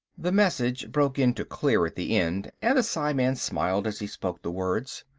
the message broke into clear at the end and the psiman smiled as he spoke the words.